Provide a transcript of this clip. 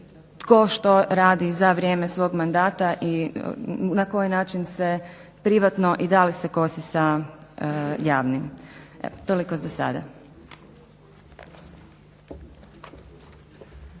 tko što radi za vrijeme svog mandata i na koji način se privatno i da li se kosi sa javnim. Toliko za sada.